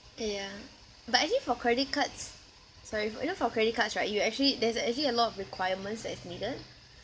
ya but actually for credit cards sorry for you know for credit cards right you actually there's actually a lot of requirements that is needed